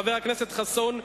חבר הכנסת חסון,